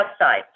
outside